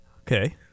Okay